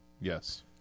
Yes